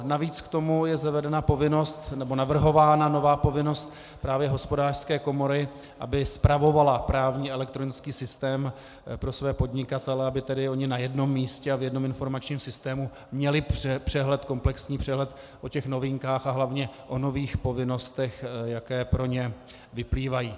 Navíc k tomu je zavedena povinnost, nebo navrhována nová povinnost právě Hospodářské komory, aby spravovala právní elektronický systém pro své podnikatele, aby tedy oni na jednom místě a v jednom informačním systému měli přehled, komplexní přehled, o těch novinkách a hlavně o nových povinnostech, jaké pro ně vyplývají.